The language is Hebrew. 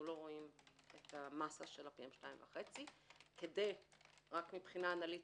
רואים את המסה של ה-PM 2.5. מבחינה אנליטית,